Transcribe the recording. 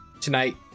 tonight